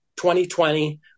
2020